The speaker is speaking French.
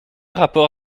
rapport